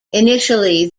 initially